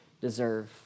deserve